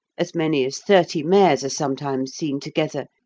as many as thirty mares are sometimes seen together,